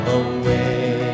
away